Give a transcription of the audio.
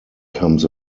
comes